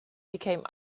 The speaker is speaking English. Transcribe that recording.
became